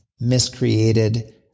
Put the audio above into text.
miscreated